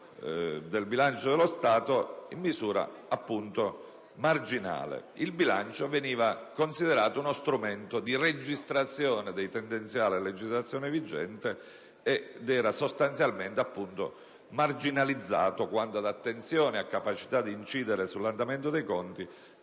Il bilancio veniva considerato uno strumento di registrazione dei tendenziali a legislazione vigente ed era sostanzialmente marginalizzato quanto l'attenzione alla capacità di incidere sull'andamento dei conti